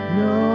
no